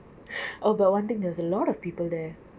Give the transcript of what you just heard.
oh but [one] thing there was a lot of people there